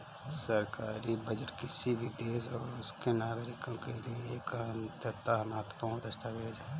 सरकारी बजट किसी भी देश और उसके नागरिकों के लिए एक अत्यंत महत्वपूर्ण दस्तावेज है